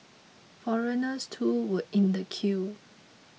foreigners too were in the queue